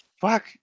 Fuck